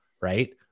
right